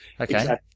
okay